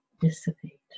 dissipate